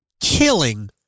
killing